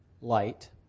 light